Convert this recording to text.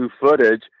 footage